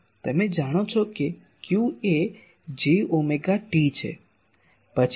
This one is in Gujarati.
તમે જાણો છો કે q એ j ઓમેગા t છે પછી હું આ લખી શકું છું